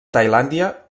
tailàndia